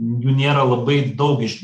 jų nėra labai daug iš